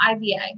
IVA